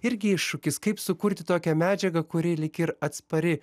irgi iššūkis kaip sukurti tokią medžiagą kuri lyg ir atspari